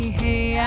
hey